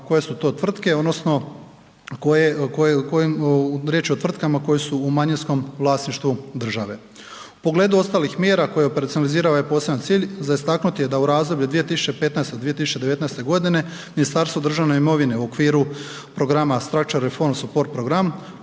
koje su to tvrtke odnosno koje, riječ je o tvrtkama koje su u manjinskom vlasništvu države. U pogledu ostalih mjera koje operacionalizira ovaj poseban cilj, za istaknuti je da u razdoblju od 2015. do 2019. g. Ministarstvo državne imovine u okviru Programa .../Govornik se ne razumije./... program